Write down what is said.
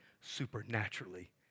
supernaturally